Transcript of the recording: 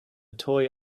toy